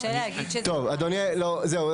טוב, אדוני, לא, זהו.